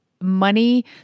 money